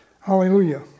Hallelujah